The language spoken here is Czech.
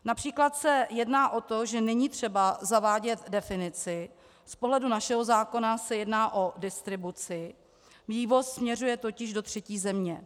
Například se jedná o to, že není třeba zavádět definici, z pohledu našeho zákona se jedná o distribuci, vývoz směřuje totiž do třetí země.